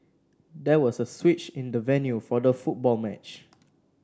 there was a switch in the venue for the football match